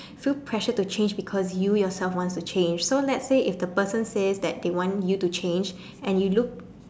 feel pressured to change because you yourself wants to change so let's say if the person says that they want you to change and you look